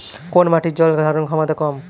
কোন মাটির জল ধারণ ক্ষমতা কম?